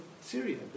Syria